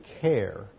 care